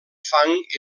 fang